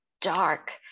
dark